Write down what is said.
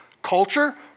Culture